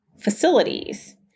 facilities